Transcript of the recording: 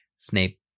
Snape